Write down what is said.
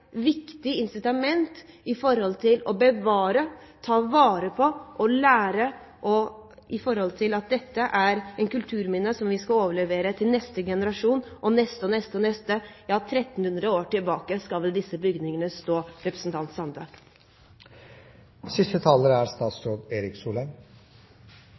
viktig incitament for å bevare, ta vare på og lære og i forhold til at dette er et kulturminne som vi skal overlevere til neste generasjon, og neste og neste og neste, ja, i 1 300 år skal disse bygningene stå, representanten Sande. Jeg er